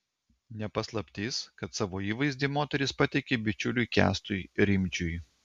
ne paslaptis kad savo įvaizdį moteris patiki bičiuliui kęstui rimdžiui